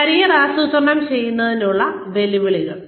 career ആസൂത്രണം ചെയ്യുന്നതിനുള്ള വെല്ലുവിളികൾ